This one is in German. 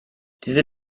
diese